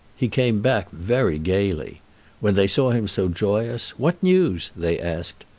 he came back very gayly when they saw him so joyous, what news? they asked.